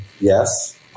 yes